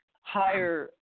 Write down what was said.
higher –